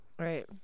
Right